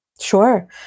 Sure